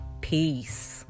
Peace